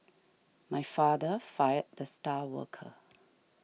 my father fired the star worker